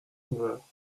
sauveur